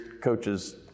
coaches